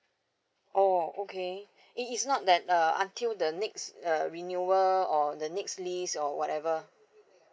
oh okay it it's not that uh until the next uh renewal or the next lease or whatever